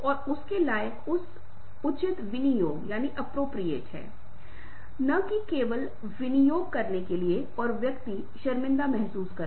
इसलिए आप पाते हैं कि ये लोग कुछ दूरी पर मना सकते हैं जिसे अंतरंग या व्यक्तिगत दूरी माना जा सकता है